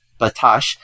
Batash